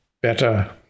better